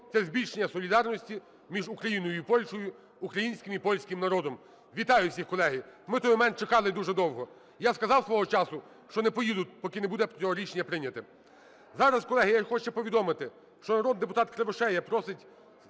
це збільшення солідарності між Україною і Польщею, українським і польським народом. Вітаю всіх, колеги, ми той момент чекали дуже довго. Я сказав свого часу, що не поїду, поки не буде цього рішення прийнято. Зараз, колеги, я хочу повідомити, що народний депутат Кривошея просить